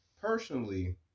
personally